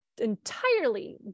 entirely